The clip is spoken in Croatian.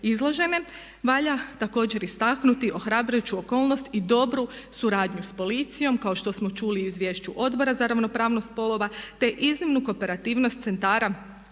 izložene. Valja također istaknuti ohrabrujuću okolnost i dobru suradnju s policijom, kao što smo čuli u izvješću Odbora za ravnopravnost spolova te iznimnu kooperativnost centara